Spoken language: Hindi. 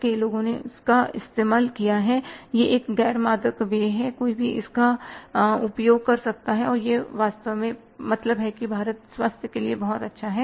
कई लोगों ने इसका इस्तेमाल किया यह एक गैर मादक पेय है कोई भी इसका उपयोग कर सकता है और यह वास्तव में मतलब कि यह स्वास्थ्य के लिए भी अच्छा है